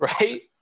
right